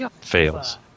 fails